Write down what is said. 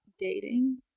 dating